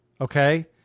Okay